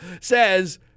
says